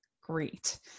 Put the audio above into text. Great